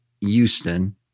Houston